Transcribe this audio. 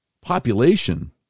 population